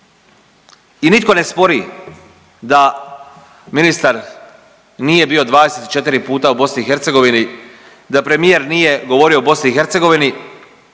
I nitko ne spori da ministar nije bio 24 puta u BiH, da premijer nije govorio o BiH,